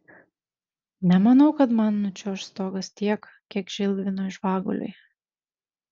nemanau kad man nučiuoš stogas tiek kiek žilvinui žvaguliui